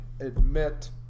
admit